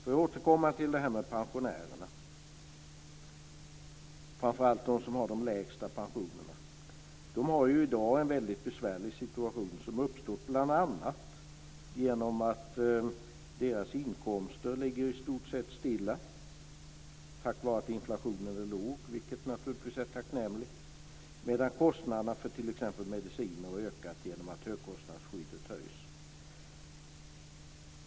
Får jag återkomma till pensionärerna, framför allt de som har de lägsta pensionerna. De har i dag en mycket besvärlig situation som uppstått bl.a. genom att deras inkomster i stort sett ligger stilla, tack vare att inflationen är låg, vilket naturligtvis är tacknämligt, medan kostnaderna för t.ex. mediciner har ökat genom att högkostnadsskyddet höjts.